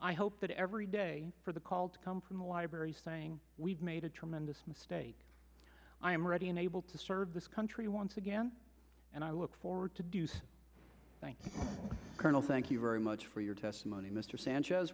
i hope that every day for the call to come from the library saying we've made a tremendous mistake i am ready and able to serve this country once again and i look forward to do so thank you colonel thank you very much for your testimony mr sanchez